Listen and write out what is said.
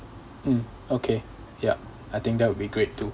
mm okay yup I think that would be great too